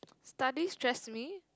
study stress me